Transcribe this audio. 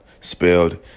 spelled